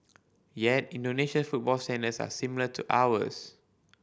yet Indonesia football standards are similar to ours